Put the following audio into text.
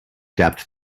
depth